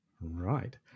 right